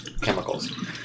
chemicals